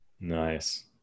nice